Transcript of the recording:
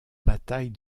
bataille